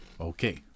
Okay